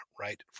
right